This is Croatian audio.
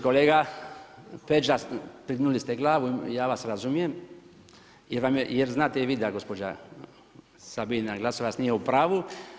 Kolega Peđa, dignuli ste glavu, ja vas razumijem jer znate i vi da gospođa Sabina Glasovac nije u pravu.